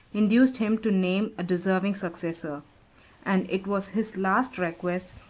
induced him to name a deserving successor and it was his last request,